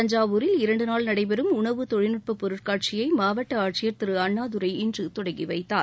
தஞ்சாவூரில் இரண்டு நாள் நடைபெறும் உணவு தொழில்நுட்ப பொருட்காட்சியை மாவட்ட ஆட்சியர் திரு அண்ணாதுரை இன்று தொடங்கி வைத்தார்